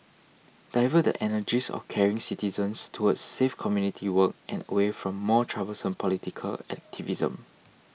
divert the energies of caring citizens towards safe community work and away from more troublesome political activism